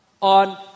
on